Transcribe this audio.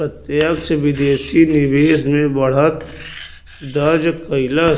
प्रत्यक्ष विदेशी निवेश में बढ़त दर्ज कइलस